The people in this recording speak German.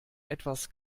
etwas